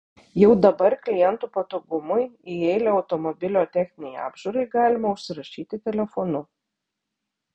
jau dabar klientų patogumui į eilę automobilio techninei apžiūrai galima užsirašyti telefonu